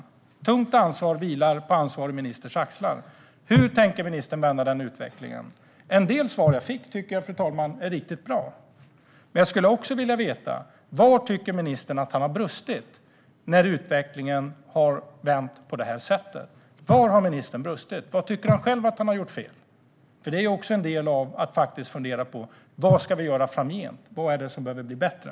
Ett tungt ansvar vilar på ansvarig ministers axlar. Hur tänker ministern vända utvecklingen? En del svar som jag fick tycker jag är riktigt bra. Men jag skulle också vilja veta var ministern tycker att han har brustit när utvecklingen har vänt på det här sättet, vad han själv tycker att han har gjort fel. Det är också en del av att fundera på vad vi ska göra framgent och vad det är som behöver bli bättre.